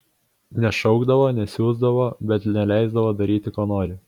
nešaukdavo nesiusdavo bet neleisdavo daryti ko nori